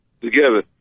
together